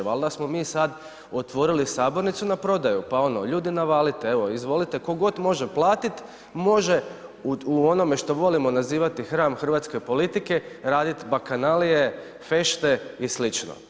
Valjda smo mi sada otvorili sabornicu na prodaju, pa ono ljudi navalite evo izvolite, tko god može platit može u onome što volimo nazivati hram hrvatske politike radit bakanalije, fešte i sl.